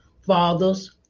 Fathers